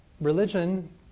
religion